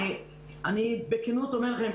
אני בכנות אומר לכם,